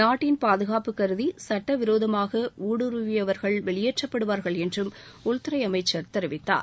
நாட்டின் பாதுகாப்பு கருதி சுட்டவிரோதமாக ஊடுருவியவர்கள் வெளியேற்றப்படுவார்கள் என்றும் உள்துறை அமைச்சர் தெரிவித்தார்